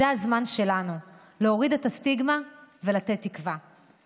זה הזמן שלנו להוריד את הסטיגמה ולתת תקווה.